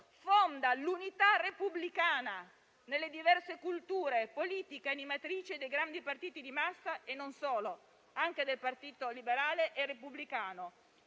fonda l'unità repubblicana nelle diverse culture politiche animatrici dei grandi partiti di massa e non solo (anche del partito liberale e repubblicano);